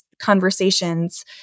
Conversations